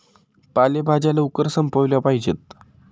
पालेभाज्या लवकर संपविल्या पाहिजेत